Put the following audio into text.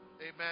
Amen